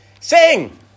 sing